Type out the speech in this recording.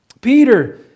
Peter